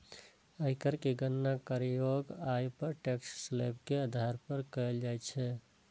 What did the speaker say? आयकर के गणना करयोग्य आय पर टैक्स स्लेब के आधार पर कैल जाइ छै